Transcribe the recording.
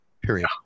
Period